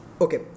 okay